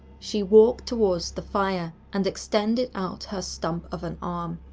she walked towards the fire and extended out her stump of an arm.